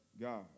God